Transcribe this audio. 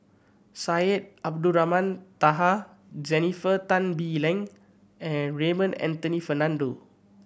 Syed Abdulrahman Taha Jennifer Tan Bee Leng and Raymond Anthony Fernando